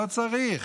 לא צריך.